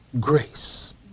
grace